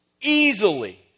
easily